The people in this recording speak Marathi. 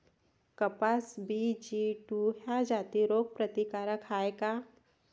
कपास बी.जी टू ह्या जाती रोग प्रतिकारक हाये का?